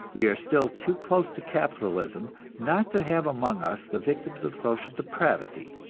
we are still too close to capitalism not to have among us the victims of social depravity,